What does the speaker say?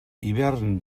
hivern